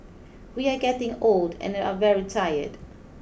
we are getting old and are very tired